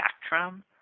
spectrum